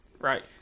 Right